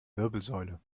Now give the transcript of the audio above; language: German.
wirbelsäule